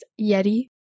Yeti